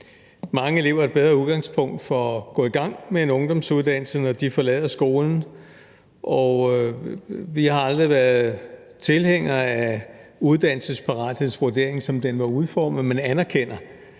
mange elever et bedre udgangspunkt for at gå i gang med en ungdomsuddannelse, når de forlader skolen, og vi har aldrig været tilhængere af uddannelsesparathedsvurderingen, som den var udformet. Men vi anerkender,